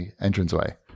entranceway